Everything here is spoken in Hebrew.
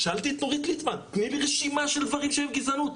שאלתי את אורית ליטמן 'תני לי רשימה של דברים שהם גזענות',